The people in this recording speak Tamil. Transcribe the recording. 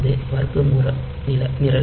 இது வர்க்கமூல நிரல்